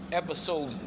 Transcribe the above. episode